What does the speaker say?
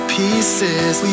pieces